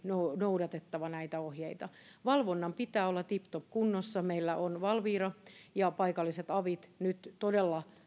noudatettava näitä ohjeita valvonnan pitää olla tiptop kunnossa meillä ovat valvira ja paikalliset avit nyt todella